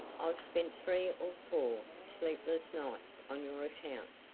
i've spent three or four sleepless nights on your account.